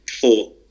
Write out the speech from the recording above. Four